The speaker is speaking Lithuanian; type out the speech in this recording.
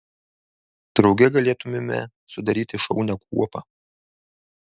drauge galėtumėme sudaryti šaunią kuopą